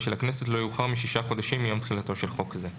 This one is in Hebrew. של הכנסת לא יאוחר משישה חודשים מיום תחילתו שלחוק זה.